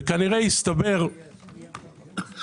וכנראה הסתבר שיש